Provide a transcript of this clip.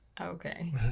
Okay